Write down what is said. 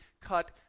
cut